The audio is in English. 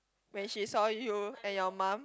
when she saw you and your mum